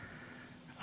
אדוני השר,